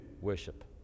worship